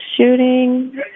shooting